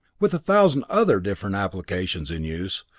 with a thousand other different applications in use,